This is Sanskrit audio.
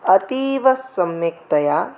अतीवसम्यक्तया